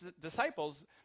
disciples